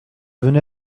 venait